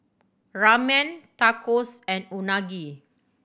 Ramen Tacos and Unagi